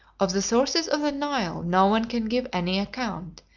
of the sources of the nile no one can give any account,